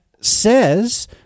says